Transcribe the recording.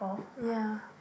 ya